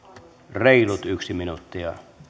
reilut yksi minuuttia